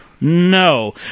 No